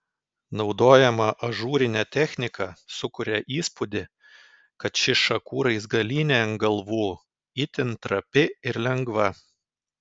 naudojama ažūrinė technika sukuria įspūdį kad ši šakų raizgalynė ant galvų itin trapi ir lengva